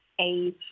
age